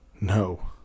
No